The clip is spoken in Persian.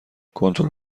کنتور